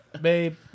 babe